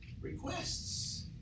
Requests